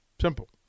Simple